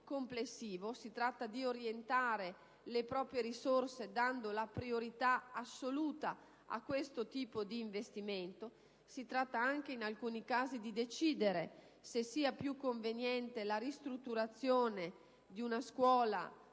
si tratta di orientare le proprie risorse dando la priorità assoluta a questo tipo di investimento. Si tratta anche in alcuni casi di decidere se sia più conveniente la ristrutturazione di una scuola fortemente